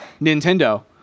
Nintendo